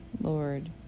Lord